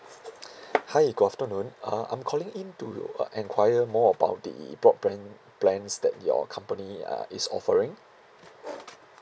hi good afternoon uh I'm calling in to uh enquire more about the broadband plans that your company uh is offering